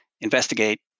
investigate